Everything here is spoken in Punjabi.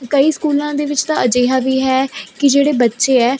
ਕਈ ਸਕੂਲਾਂ ਦੇ ਵਿੱਚ ਤਾਂ ਅਜਿਹਾ ਵੀ ਹੈ ਕਿ ਜਿਹੜੇ ਬੱਚੇ ਹੈ